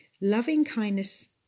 loving-kindness